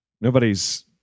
nobody's